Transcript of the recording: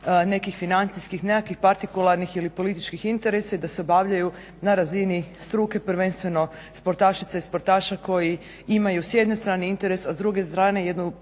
nekih financijskih nekakvih partikularnih ili političkih interesa i da se obavljaju na razini struke prvenstveno sportaša i sportašica koji imaju s jedne strane interes, a s druge strane jednu